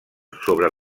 sobre